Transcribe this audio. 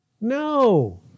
No